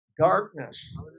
darkness